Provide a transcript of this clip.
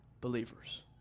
believers